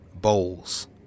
bowls